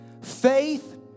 Faith